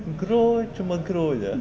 grow cuma grow jer